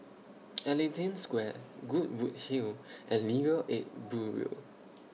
Ellington Square Goodwood Hill and Legal Aid Bureau